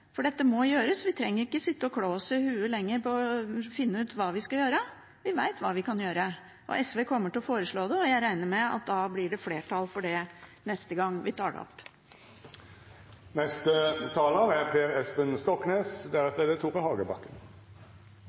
For dette må gjøres. Vi trenger ikke sitte og klø oss i hodet lenger for å finne ut hva vi skal gjøre – vi vet hva vi kan gjøre. SV kommer til å foreslå det, og jeg regner med at da blir det flertall for det neste gang vi tar det opp.